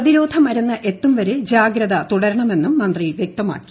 പ്രതിരോധ മരുന്ന് എത്തും വരെ ജാഗ്രത തുടരണമെന്നും മന്ത്രി വൃക്തമാക്കി